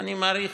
ואני מעריך,